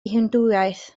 hindŵaeth